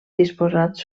disposats